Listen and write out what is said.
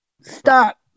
Stop